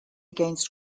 against